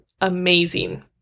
amazing